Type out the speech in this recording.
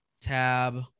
tab